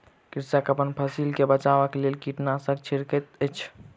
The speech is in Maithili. कृषक अपन फसिल के बचाबक लेल कीटनाशक छिड़कैत अछि